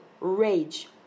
rage